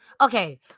Okay